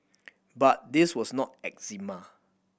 but this was not eczema